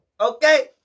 Okay